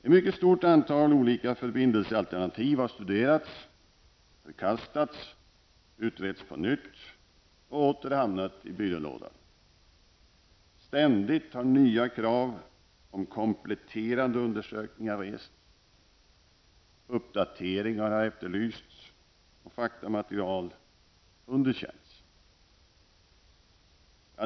Ett mycket stort antal olika förbindelsealternativ har studerats, förkastats, utretts på nytt och åter hamnat i byrålådan. Ständigt har nya krav på kompletterande undersökningar rests, uppdateringar efterlysts och faktamaterial underkänts.